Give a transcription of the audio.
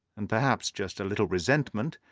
and perhaps just a little resentment,